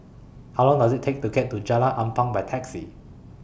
How Long Does IT Take to get to Jalan Ampang By Taxi